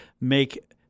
make